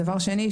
דבר שני,